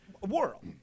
world